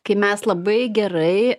kai mes labai gerai